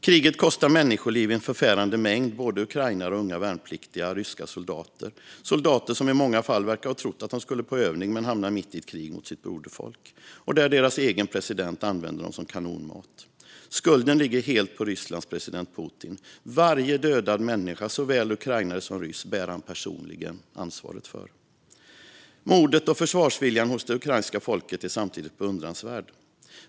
Kriget kostar människoliv i en förfärande mängd, både ukrainare och unga värnpliktiga ryska soldater - soldater som i många fall verkar ha trott att de skulle på övning men som hamnat mitt i ett krig mot sitt broderfolk där deras egen president använder dem som kanonmat. Skulden ligger helt på Rysslands president Putin. Varje dödad människa, såväl ukrainare som ryss, bär han personligen ansvaret för. Modet och försvarsviljan hos det ukrainska folket är samtidigt beundransvärd.